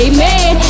Amen